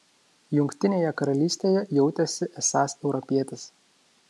jungtinėje karalystėje jautėsi esąs europietis